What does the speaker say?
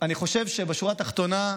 אני חושב שבשורה התחתונה,